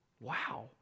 Wow